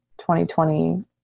2020